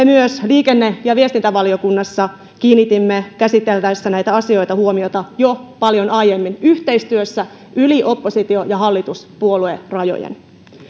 myös liikenne ja viestintävaliokunnassa kiinnitimme huomiota käsiteltäessä näitä asioita jo paljon aiemmin yhteistyössä yli oppositio ja hallituspuolueiden rajojen